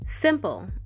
Simple